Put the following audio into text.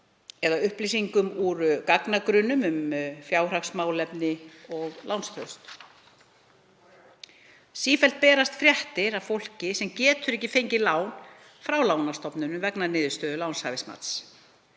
eða upplýsingum úr gagnagrunnum um fjárhagsmálefni og lánstraust. Sífellt berast fréttir af fólki sem getur ekki fengið lán frá lánastofnunum vegna niðurstöðu lánshæfismats.